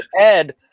Ed